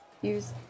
use